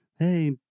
hey